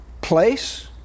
place